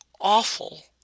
awful